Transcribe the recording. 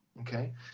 okay